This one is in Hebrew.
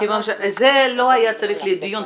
זה לא היה צריך להיות בדיון,